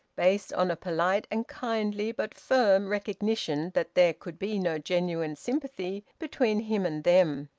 based on a polite and kindly but firm recognition that there could be no genuine sympathy between him and them.